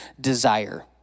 desire